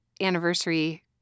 anniversary